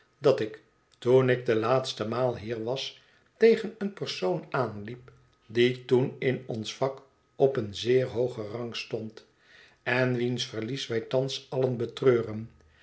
dat ik toen ik de laatste maal hier was tegen een persoon aanliep die toen in ons vak op een zeer hoogén rang stond en wiens verlies wij thans allen betreuren